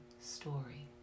story